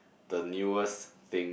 the newest thing